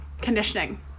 conditioning